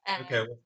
Okay